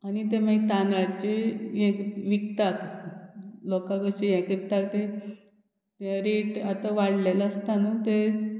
आनी तें मागीर तांदळाचे हे विकतात लोकांक अशें हें करता तें रेट आतां वाडलेलें आसता न्हू तें